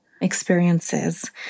experiences